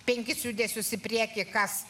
penkis judesius į priekį kas